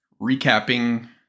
recapping